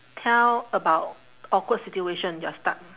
tell about awkward situation you are stuck